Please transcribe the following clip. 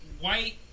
white